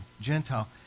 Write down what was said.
Gentile